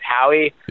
Howie